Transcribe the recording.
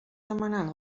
demanant